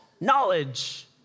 knowledge